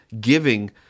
giving